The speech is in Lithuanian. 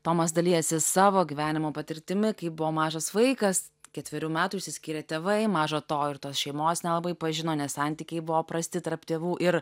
tomas dalijasi savo gyvenimo patirtimi kai buvo mažas vaikas ketverių metų išsiskyrė tėvai maža to ir tos šeimos nelabai pažino nes santykiai buvo prasti tarp tėvų ir